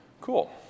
Cool